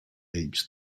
age